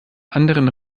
anderen